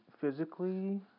physically